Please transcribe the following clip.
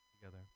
together